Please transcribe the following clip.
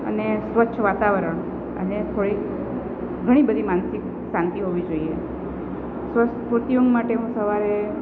અને સ્વચ્છ વાતાવરણ અને થોડીક ઘણી બધી માનસિક શાંતિ હોવી જોઈએ સ્વસ્થ પૂરતી ઊંઘ માટે હું સવારે